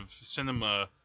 cinema